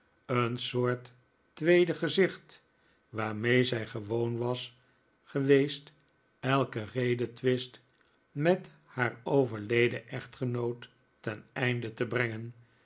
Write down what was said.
een soort tweede gezicht waarmee zij gewoon was geweest elken redetwist met haar overleden echtgenoot ten einde te brengen